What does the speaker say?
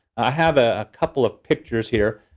i have a couple of pictures here.